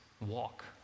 walk